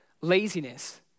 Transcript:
laziness